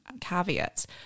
caveats